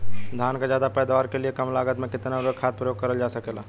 धान क ज्यादा पैदावार के लिए कम लागत में कितना उर्वरक खाद प्रयोग करल जा सकेला?